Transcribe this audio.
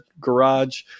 garage